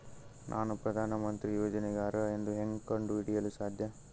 ನಾನು ಪ್ರಧಾನ ಮಂತ್ರಿ ಯೋಜನೆಗೆ ಅರ್ಹ ಎಂದು ಹೆಂಗ್ ಕಂಡ ಹಿಡಿಯಲು ಸಾಧ್ಯ?